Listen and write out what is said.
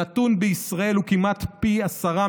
הנתון בישראל הוא כמעט פי עשרה,